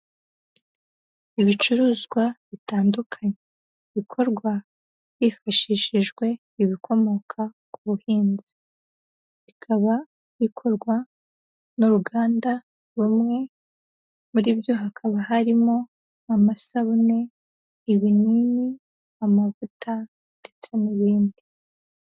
Ibicuruzwa bitandukanye bikorwa hifashishijwe ibikomoka ku buhinzi, bikaba bikorwa n'uruganda rumwe muri byo hakaba harimo amasabune, ibinini, amavuta ndetse n'ibindi.